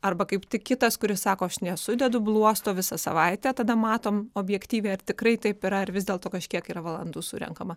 arba kaip tik kitas kuris sako aš nesudedu bluosto visą savaitę tada matom objektyviai ar tikrai taip yra ar vis dėlto kažkiek yra valandų surenkama